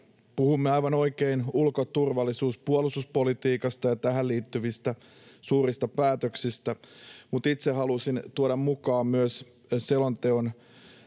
Puhumme aivan oikein ulko-, turvallisuus- ja puolustuspolitiikasta ja tähän liittyvistä suurista päätöksistä, mutta itse halusin tuoda mukaan myös selonteon